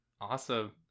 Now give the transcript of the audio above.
awesome